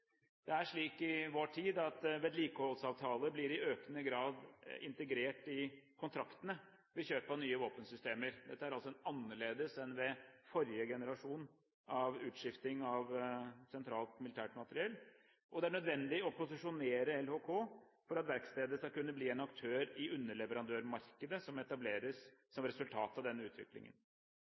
Det er slik i vår tid at vedlikeholdsavtaler i økende grad blir integrert i kontraktene ved kjøp av nye våpensystemer. Dette er altså annerledes enn ved forrige generasjon av utskifting av sentralt militært materiell, og det er nødvendig å posisjonere LHK for at verkstedet skal kunne bli en aktør i underleverandørmarkedet som etableres som resultat av denne utviklingen.